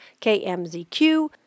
KMZQ